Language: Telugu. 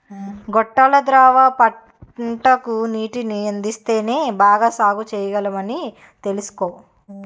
గొట్టాల ద్వార పంటకు నీటిని అందిస్తేనే బాగా సాగుచెయ్యగలమని తెలుసుకో